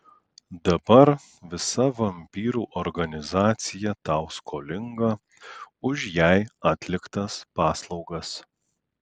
dabar visa vampyrų organizacija tau skolinga už jai atliktas paslaugas